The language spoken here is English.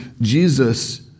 Jesus